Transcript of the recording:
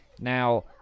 Now